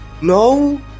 No